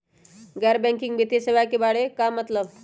गैर बैंकिंग वित्तीय सेवाए के बारे का मतलब?